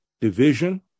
division